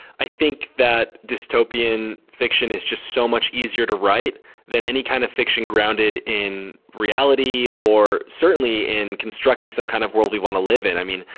i think that dystopian fiction is just so much easier to write than any kind of fiction grounded in reality, or certainly in constructing some kind of world we want to live in. i mean,